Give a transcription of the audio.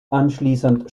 anschließend